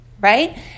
right